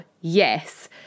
Yes